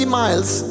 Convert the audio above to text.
miles